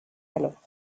alors